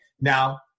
now